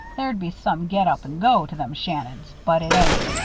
there'd be some get up and go to them shannons but it ain't.